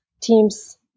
teams